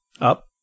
up